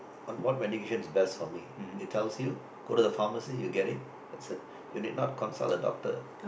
what what medicine is best for me it tells you go to the pharmacy you get it that's it you need not consult a doctor